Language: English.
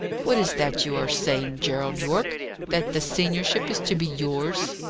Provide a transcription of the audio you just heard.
what is that you are saying, gerald yorke that the seniorship is to be yours?